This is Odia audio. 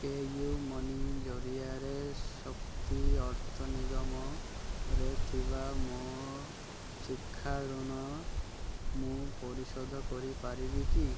ପେ'ୟୁ ମନି ଜରିଆରେ ଶକ୍ତି ଅର୍ଥ ନିଗମରେ ଥିବା ମୋ ଶିକ୍ଷା ଋଣ ମୁଁ ପରିଶୋଧ କରିପାରିବି କି